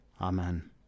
Amen